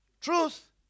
truth